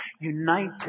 united